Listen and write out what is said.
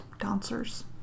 dancers